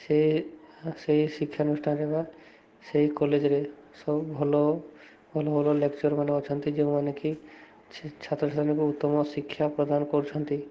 ସେ ସେଇ ଶିକ୍ଷାନୁଷ୍ଠାନରେ ବା ସେଇ କଲେଜ୍ରେ ସବୁ ଭଲ ଭଲ ଭଲ ଲେକ୍ଚର୍ ମାନ ଅଛନ୍ତି ଯେଉଁମାନେ କି ଛାତ୍ରଛାତ୍ରୀଙ୍କୁ ଉତ୍ତମ ଶିକ୍ଷା ପ୍ରଦାନ କରୁଛନ୍ତି